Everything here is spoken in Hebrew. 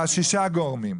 אז שישה גורמים,